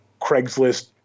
Craigslist